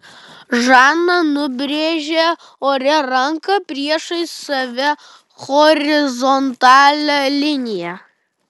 žana nubrėžė ore ranka priešais save horizontalią liniją